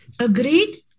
Agreed